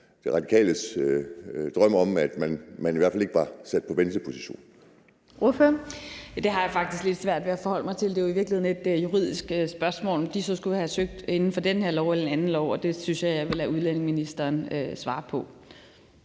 11:16 Den fg. formand (Birgitte Vind): Ordføreren. Kl. 11:16 Zenia Stampe (RV): Det har jeg svært ved at forholde mig til. Det er jo i virkeligheden et juridisk spørgsmål, om de så skulle have søgt inden for den her lov eller en anden lov. Det synes jeg at jeg vil lade udlændingeministeren svare på.